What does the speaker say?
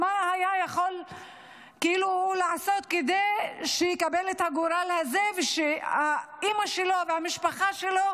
מה היה יכול לעשות כדי שיקבל את הגורל הזה ושאימא שלו והמשפחה שלו